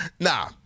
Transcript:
Nah